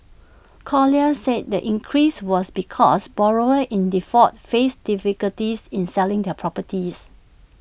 colliers said the increase was because borrowers in default faced difficulties in selling their properties